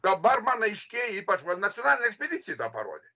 dabar man aiškėja ypač va nacionalinė ekspedicija tą parodė